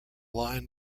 line